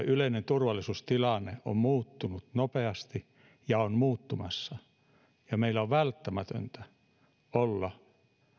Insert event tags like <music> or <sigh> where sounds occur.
<unintelligible> yleinen turvallisuustilanne on muuttunut nopeasti ja on muuttumassa ja meillä on välttämätöntä olla